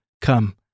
Come